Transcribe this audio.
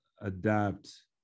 adapt